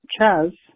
Chaz